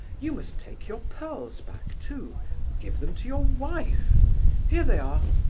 you must take your pearls back, too give them to your wife here they are!